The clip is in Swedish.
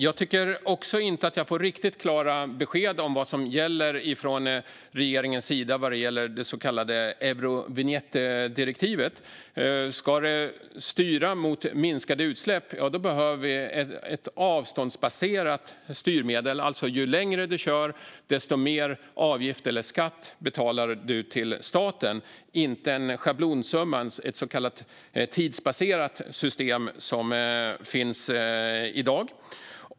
Jag tycker inte att jag får riktigt klara besked om vad som gäller från regeringens sida i fråga om Eurovinjettdirektivet. Ska man styra mot minskade utsläpp behöver vi ett avståndsbaserat styrmedel, det vill säga att ju längre du kör, desto mer avgift eller skatt betalar du till staten. Vi ska inte ha en schablonsumma eller ett så kallat tidsbaserat system, som finns i dag.